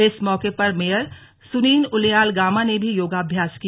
इस मौके पर मेयर सुनील उनियाल गामा ने भी योगाभ्यास किया